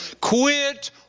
Quit